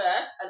first